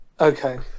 Okay